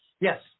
Yes